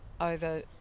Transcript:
over